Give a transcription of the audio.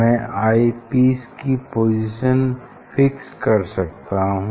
मैं eyepiece की position fix कर सकता हूँ